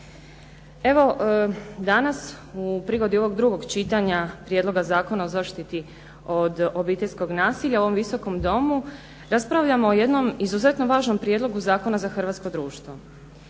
Evo danas u prigodi ovog drugog čitanja prijedloga Zakona o zaštiti od obiteljskog nasilja u ovom Viskom domu raspravljamo o jednom izuzetno važnom prijedlogu zakona za hrvatsko društvo.